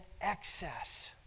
excess